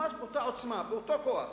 ממש באותה עוצמה ובאותו כוח.